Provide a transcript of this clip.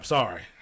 Sorry